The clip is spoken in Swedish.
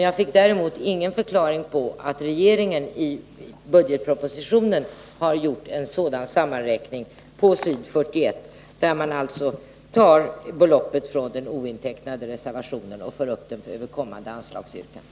Jag fick däremot ingen förklaring på att regeringen på s. 41 i budgetpropositionen har gjort en sammanräkning, där man tar beloppet från den ointecknade reservationen och för upp det över kommande anslagsyrkanden.